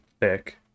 thick